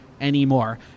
anymore